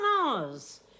hours